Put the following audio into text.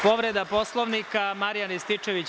Povreda Poslovnika, Marijan Rističević.